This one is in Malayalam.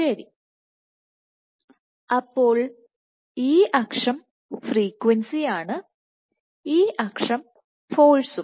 ശരി അപ്പോൾ ഈ അക്ഷം ഫ്രീക്വൻസിയാണ് ഈ അക്ഷം ഫോഴ്സും